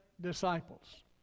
disciples